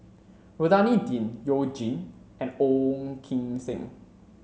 Rohani Din You Jin and Ong Kim Seng